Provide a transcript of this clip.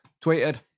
Tweeted